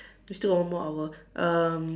we still got one more hour um